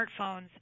smartphones